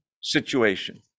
situation